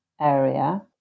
area